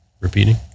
repeating